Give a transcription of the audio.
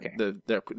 okay